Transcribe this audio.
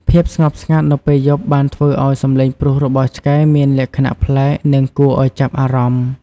ភាពស្ងប់ស្ងាត់នៅពេលយប់បានធ្វើឱ្យសំឡេងព្រុសរបស់ឆ្កែមានលក្ខណៈប្លែក និងគួរឱ្យចាប់អារម្មណ៍។